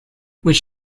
which